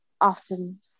often